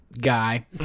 guy